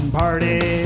party